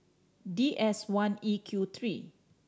D S one E Q three